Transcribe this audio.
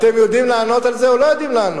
אתם יודעים לענות על זה או לא יודעים לענות?